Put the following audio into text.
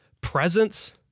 presence